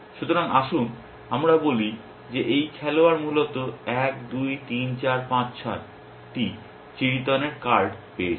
সুতরাং আসুন আমরা বলি যে এই খেলোয়াড় মূলত 1 2 3 4 5 6 টি চিড়িতনের কার্ড পেয়েছেন